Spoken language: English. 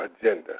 agenda